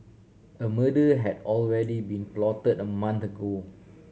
a murder had already been plotted a month ago